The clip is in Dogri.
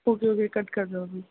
ओके ओके कट कर दो अभी